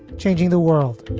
changing the world